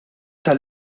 għall